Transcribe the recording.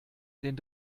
den